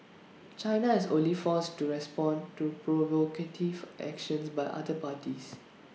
China has only forced to respond to provocative action by other parties